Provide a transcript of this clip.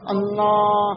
Allah